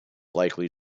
likely